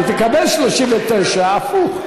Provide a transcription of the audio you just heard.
היא תקבל 39, הפוך.